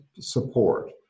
support